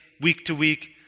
week-to-week